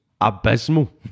abysmal